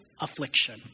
affliction